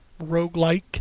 roguelike